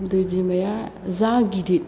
दै बिमाया जा गिदिद